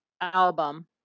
album